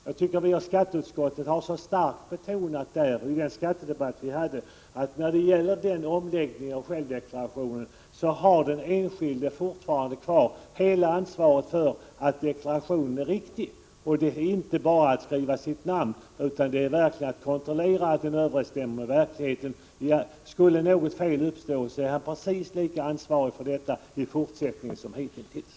Jag tycker att vi i skatteutskottet, i den skattedebatt vi hade, så starkt betonade att när det gäller omläggningen av självdeklarationen har den enskilde fortfarande kvar hela ansvaret för att deklarationen är riktig. Det är inte bara att skriva sitt namn, utan det gäller faktiskt att kontrollera att deklarationen överensstämmer med verkligheten. Skulle något fel uppstå är deklaranten precis lika ansvarig för detta i fortsättningen som hitintills.